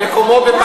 מקומו בפח האשפה.